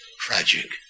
tragic